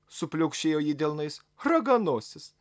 supliaukšėjo ji delnais raganosis